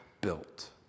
built